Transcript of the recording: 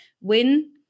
win